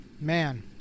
Man